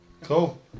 Cool